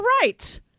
right